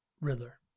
Riddler